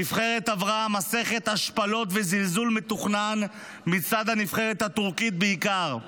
הנבחרת עברה מסכת השפלות וזלזול מתוכנן מצד הנבחרת הטורקית בעיקר.